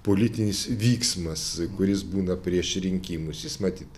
politinis vyksmas kuris būna prieš rinkimus jis matyt